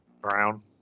Brown